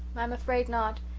i'm afraid not.